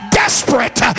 desperate